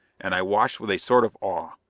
and i watched with a sort of awe.